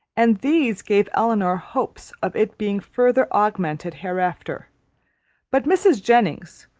and these gave elinor hopes of its being farther augmented hereafter but mrs. jennings,